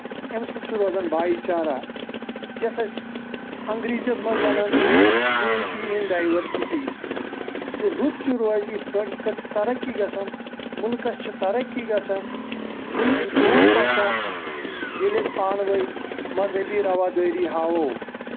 اَمہِ سۭتۍ چھُ روزان بایی چارا یَتھ أسۍ انگریزی یس منٛز وَنان یونٹی اِن ڈایورسٹی تہِ رُت تہِ روزِ یِتھۍ کٲٹھۍ یِتھ کٲٹھۍ چھ ترقی گژھان مُلکَس چھِ ترقی گژھان مُلک چھُ برٛونٛٹھ پَکان ییٚلہِ أسۍ پانہٕ ؤنۍ مذہبی رَوا دٲری ہاوو